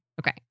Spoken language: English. Okay